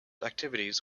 activities